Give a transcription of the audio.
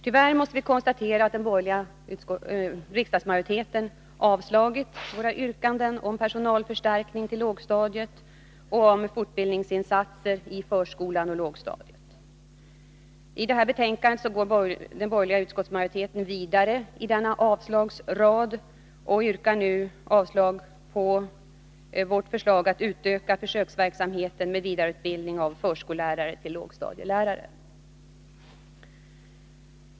Tyvärr måste vi konstatera att den borgerliga riksdagsmajoriteten avslagit våra yrkanden om personalförstärkning till lågstadiet och om fortbildningsinsatser i förskolan och lågstadiet. I det här betänkandet går den borgerliga utskottsmajoriteten vidare i denna avslagsrad och yrkar nu avslag på vårt förslag att utöka försöksverksamheten med vidareutbildning av förskollärare till lågstadielärare.